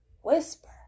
whisper